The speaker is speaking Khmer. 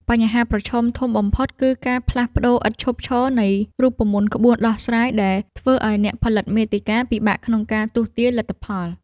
បញ្ហាប្រឈមធំបំផុតគឺការផ្លាស់ប្តូរឥតឈប់ឈរនៃរូបមន្តក្បួនដោះស្រាយ ដែលធ្វើឱ្យអ្នកផលិតមាតិកាពិបាកក្នុងការទស្សន៍ទាយលទ្ធផល។